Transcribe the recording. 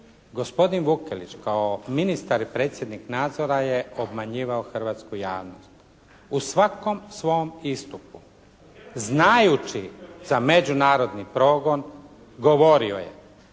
gospodin Vukelić kao ministar i predsjednik nadzora je obmanjivao hrvatsku javnost u svakom svom istupu. Znajući za međunarodni progon govorio je